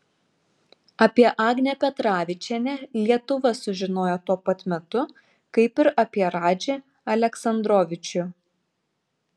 apie agnę petravičienę lietuva sužinojo tuo pat metu kaip ir apie radžį aleksandrovičių